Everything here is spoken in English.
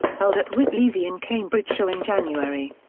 held at whittlesey in cambridgeshire in january.